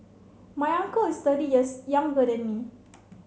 my uncle is thirty years younger than me